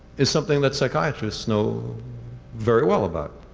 is something that psychiatrists know very well about.